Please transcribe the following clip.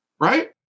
right